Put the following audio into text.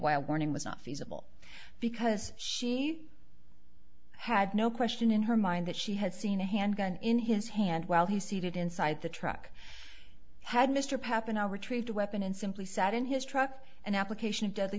a warning was not feasible because she had no question in her mind that she had seen a handgun in his hand while he seated inside the truck had mr pappano retrieved a weapon and simply sat in his truck and application of deadly